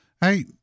hey